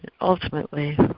Ultimately